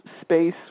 space